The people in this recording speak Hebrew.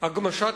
2%